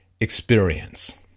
experience